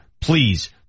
please